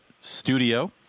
studio